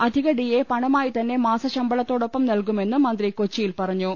അധിക D A പണമായി തന്നെ മാസ ശമ്പളത്തോടൊപ്പം നൽകുമെന്നും മന്ത്രി കൊച്ചിയിൽ പറഞ്ഞു